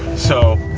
so